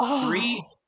Three